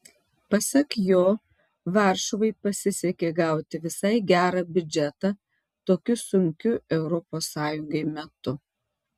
pasak jo varšuvai pasisekė gauti visai gerą biudžetą tokiu sunkiu europos sąjungai metu